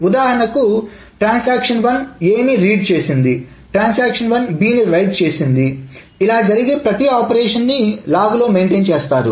ఉదాహరణకి transaction one A ని read చేసింది ట్రాన్సాక్షన్1 B ని రైట్ చేసింది ఇలా జరిగే ప్రతి ఆపరేషన్ని లాగ్ లో మెయింటెన్ చేస్తారు